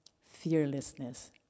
fearlessness